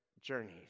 journeys